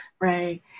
Right